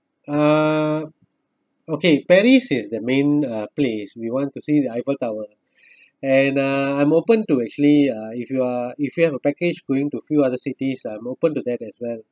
uh okay paris is the main uh place we want to see the eiffel tower and uh I'm open to actually uh if you are if you have a package going to few other cities I'm open to that as well